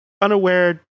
Unaware